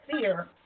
fear